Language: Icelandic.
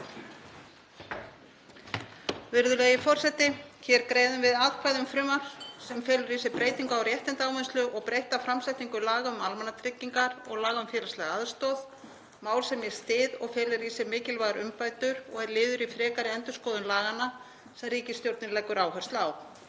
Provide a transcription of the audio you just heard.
Virðulegi forseti. Hér greiðum við atkvæði um frumvarp sem felur í sér breytingu á réttindaávinnslu og breytta framsetningu laga um almannatryggingar og laga um félagslega aðstoð, mál sem ég styð og felur í sér mikilvægar umbætur og er liður í frekari endurskoðun laganna sem ríkisstjórnin leggur áherslu á.